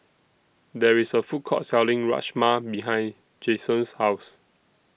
There IS A Food Court Selling Rajma behind Jasen's House